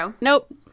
Nope